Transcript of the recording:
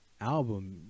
Album